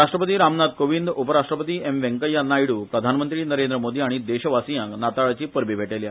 राष्ट्रपती रामनाथ कोविंद उपराष्ट्रपती एम वेंकय्या नायड् प्रधानमंत्री नरेंद्र मोदी हाणी देशवासियांक नाताळाची परबी भेटयल्या